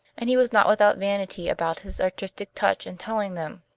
and he was not without vanity about his artistic touch in telling them.